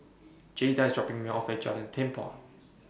Jayda IS dropping Me off At Jalan Tempua